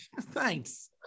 Thanks